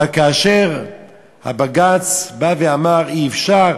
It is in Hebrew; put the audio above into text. אבל כאשר הבג"ץ בא ואמר: אי-אפשר,